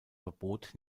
verbot